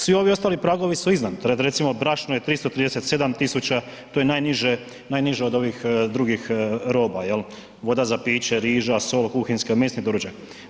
Svi ovi ostali pragovi su izvan, recimo brašno je 337 000, to je najniže od ovih drugih roba, jel', voda za piće, riža, sol kuhinjska, mesni doručak.